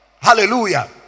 Hallelujah